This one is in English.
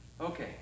Okay